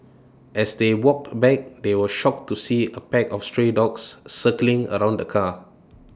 as they walked back they were shocked to see A pack of stray dogs circling around the car